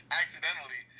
accidentally